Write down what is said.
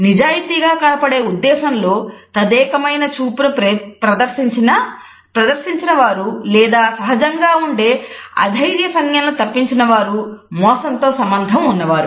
నిజాయితీగా కనబడే ఉద్దేశంలో తదేకమైన చూపును ప్రదర్శించిన వారు లేదా సహజంగా ఉండె అధైర్య సంజ్ఞలను తప్పించిన వారు మోసంతో సంబంధం ఉన్నవారు